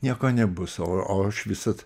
nieko nebus o o aš visad